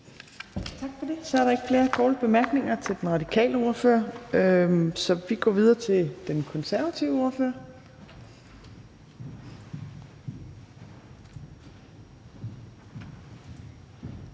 Tak for det. Så er der ikke flere korte bemærkninger til den radikale ordfører. Vi går videre til den konservative ordfører.